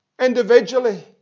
individually